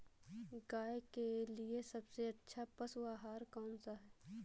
गाय के लिए सबसे अच्छा पशु आहार कौन सा है?